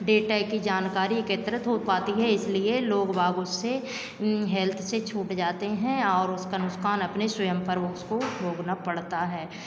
data की जानकारी एकत्रित हो पाती है इसलिए लोग बाग उससे हेल्थ से छूट जाते हैं और उसका नुकसान अपने स्वयं पर उसको भोगना पड़ता है